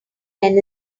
men